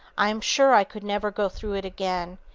i am sure i could never go through it again,